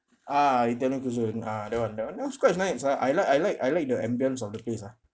ah italian cuisine ah that one that one that was quite nice ah I like I like I like the ambience of the place ah